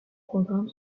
programmes